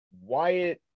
Wyatt